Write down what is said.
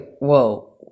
whoa